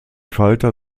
falter